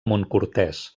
montcortès